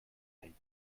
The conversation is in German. ein